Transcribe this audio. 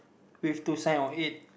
with two sign on it